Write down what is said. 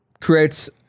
creates